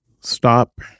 stop